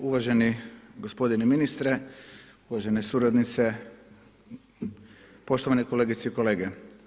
Uvaženi gospodine ministre, uvažene suradnice, poštovane kolegice i kolege.